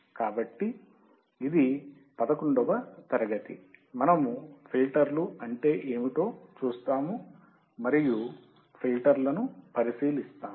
కాబట్టి ఇది 11 వ తరగతి మనము ఫిల్టర్లు అంటే ఏమిటో చూస్తాము మరియు ఫిల్టర్లను పరిశీలిస్తాము